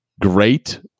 great